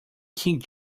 kid